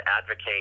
advocate